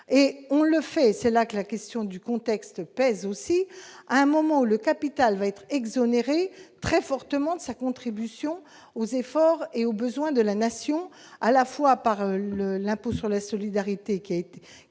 on le fait, et c'est là que la question du contexte pèse aussi à un moment où le capital va être exonérés très fortement de sa contribution aux efforts et aux besoins de la nation, à la fois par le l'impôt sur la solidarité qui a été,